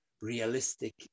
realistic